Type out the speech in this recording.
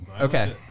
Okay